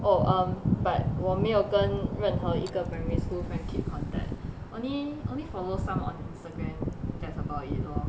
oh um but 我没有跟任何一个 primary school friend keep contact only only follow some on instagram just about it lor